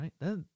right